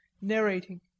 narrating